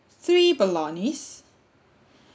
three bolognese